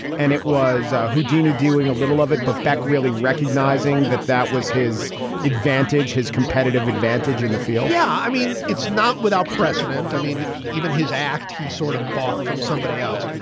and it was houdini doing a little of it, but back really recognizing that that was his advantage, his competitive advantage in the field yeah. i mean, it's not without precedent. i mean, even his act, he sort of bought from somebody else.